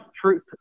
truth